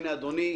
אדוני,